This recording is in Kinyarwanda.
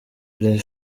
les